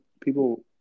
people